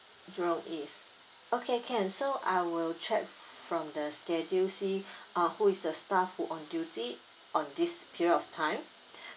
jurong east okay can so I will check from the schedule see ah who is the staff who on duty on this period of time